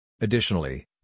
Additionally